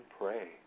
pray